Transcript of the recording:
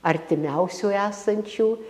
artimiausių esančių